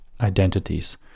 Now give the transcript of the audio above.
identities